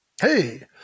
Hey